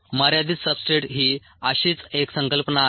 मर्यादित सबस्ट्रेट ही अशीच एक संकल्पना आहे